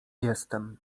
jestem